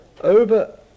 over